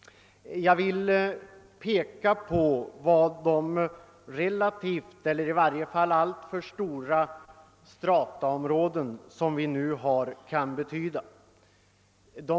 Jag vill peka på vad de alltför stora strataområdena kan betyda.